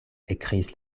ekkriis